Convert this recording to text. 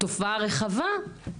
תופעה רחבה.